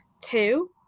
Two